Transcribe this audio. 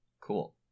Cool